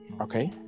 okay